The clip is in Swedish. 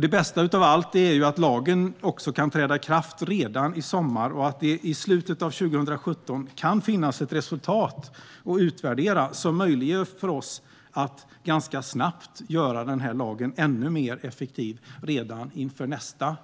Det bästa av allt är att lagen kan träda i kraft redan i sommar och att det i slutet av 2017 kan finnas ett resultat att utvärdera som möjliggör för oss att ganska snabbt göra lagen ännu mer effektiv redan inför nästa